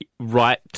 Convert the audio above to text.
right